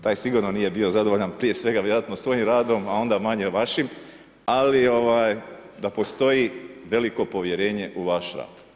Taj sigurno nije bio zadovoljan prije svega vjerojatno svojim radom, a onda manje vašim, ali da postoji veliko povjerenje u vaš rad.